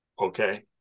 Okay